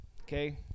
Okay